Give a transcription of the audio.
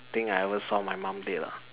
thing I ever saw my mom did ah